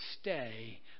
stay